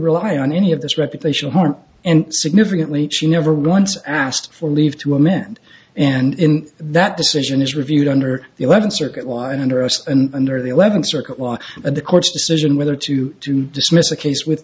rely on any of this reputational harm and significantly over once asked for leave to amend and in that decision is reviewed under the eleventh circuit law under us and under the eleventh circuit law and the court's decision whether to dismiss a case with